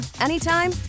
anytime